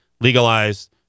legalized